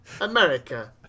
America